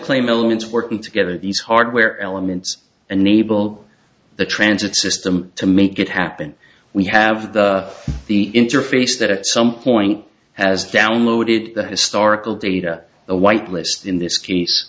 claim elements working together these hardware elements unable the transit system to make it happen we have the interface that at some point has downloaded the historical data the whitelist in this case